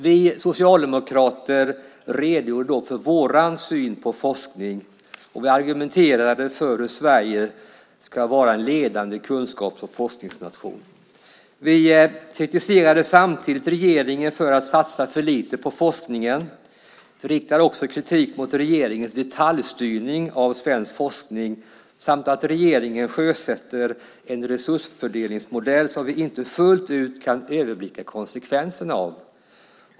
Vi socialdemokrater redogjorde då för vår syn på forskning, och vi argumenterade för hur Sverige ska vara en ledande kunskaps och forskningsnation. Vi kritiserade samtidigt regeringen för att satsa för lite på forskningen. Vi riktade också kritik mot regeringens detaljstyrning av svensk forskning samt att regeringen sjösätter en resursfördelningsmodell som vi inte fullt ut kan överblicka konsekvenserna av.